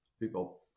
People